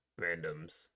randoms